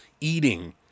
eating